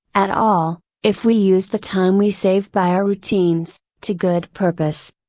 at all, if we used the time we save by our routines, to good purpose.